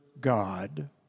God